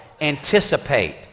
anticipate